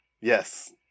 yes